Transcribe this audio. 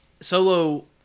Solo